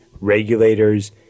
regulators